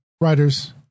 writers